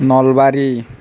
Nalbari